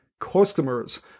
customers